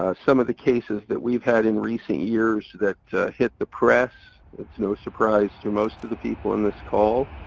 ah some of the cases that we've had in recent years that hit the press, it's no surprise to most of the people in this call,